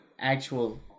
actual